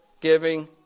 giving